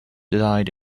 died